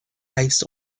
based